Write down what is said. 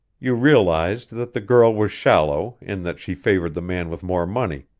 you realized that the girl was shallow in that she favored the man with more money,